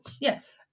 Yes